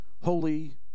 holy